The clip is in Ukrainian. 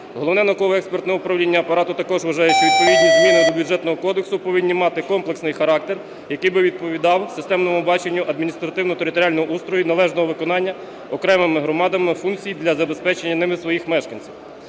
Головне науково-експертне управління Апарату також вважає, що відповідні зміни до Бюджетного кодексу повинні мати комплексний характер, який би відповідав системному баченню адміністративно-територіального устрою, належного виконання окремими громадами функцій для забезпечення ними своїх мешканців.